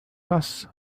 kas